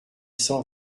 cent